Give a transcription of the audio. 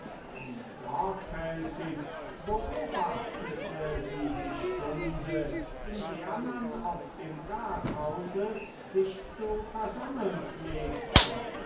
wie sorgfältig beobachtete sie die stunde in der man auf dem rathause sich zu versammeln pflegte